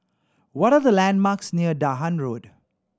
what are the landmarks near Dahan Road